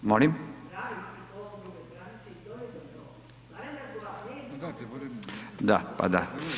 sa strane, ne razumije se.]] Molim? … [[Upadica sa strane, ne razumije se.]] Da, pa da.